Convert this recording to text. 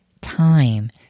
time